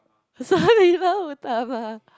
Sang Nila Utama